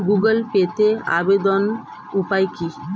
Google পেতে আবেদনের উপায় কি?